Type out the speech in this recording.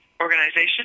organization